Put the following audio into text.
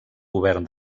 govern